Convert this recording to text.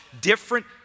different